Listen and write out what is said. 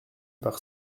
par